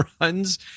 runs